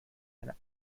eine